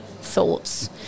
thoughts